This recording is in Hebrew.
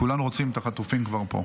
כולנו רוצים את החטופים כבר פה.